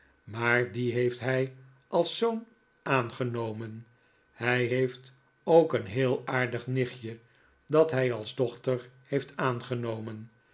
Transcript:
maar dien heeft hij als zoon aangenomen hij heeft ook een heel aardig nichtje dat hij als dochter heeft aangenomen